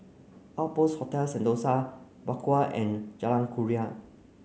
Outpost Hotel Sentosa Bakau and Jalan Kurnia